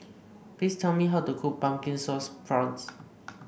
please tell me how to cook Pumpkin Sauce Prawns